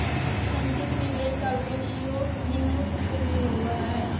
संचित निवेश और विनियोग ही मुख्य पूँजी होबो हइ